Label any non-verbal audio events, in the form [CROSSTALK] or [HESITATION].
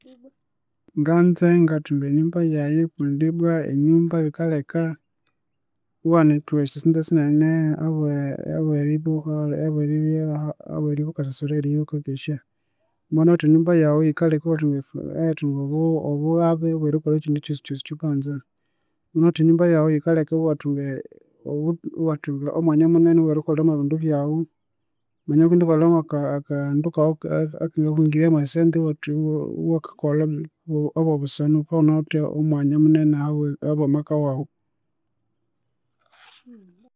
Nganza ingathunga enyumba yaye, kundi bwa enyumba yikalheka iwaghana thuha esyosente sinene [HESITATION] habweribya wukasasura aheribya wukakesya, wamabya iwunawithe enyumba yawu, ikalheka iwathunga obuwabye obwerikolha ekyosikyosi ekyawukanza. Wunawithe enyumba yawu yikalheka iwathunga omwanya muneneowerikolhera mwebindu byawu, manya wukindi kolha mwaka akandu kawu aka- wangingirya mwesente [HESITATION] habwa busana, wukabya iwunawithe omwanya munene, habwa makawawu